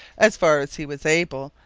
as far as he was able,